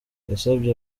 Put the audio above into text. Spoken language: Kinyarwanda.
yasabye